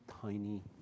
tiny